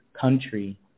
country